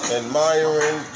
admiring